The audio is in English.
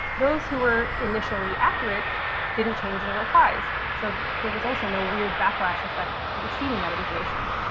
those who were initially accurate didn't change the replies, so. there was also no weird backlash effect receiving that information.